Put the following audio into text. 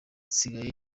nsigaye